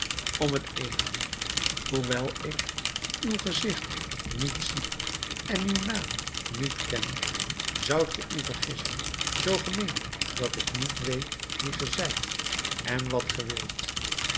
om t even hoewel ik uw gezicht niet zie en uw naam niet ken zoudt ge u vergissen zoo ge meent dat ik niet weet wie ge zijt en wat ge wilt